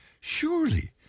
surely